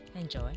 enjoy